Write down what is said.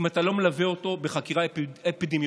אתה לא מלווה אותו בחקירה אפידמיולוגית.